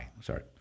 sorry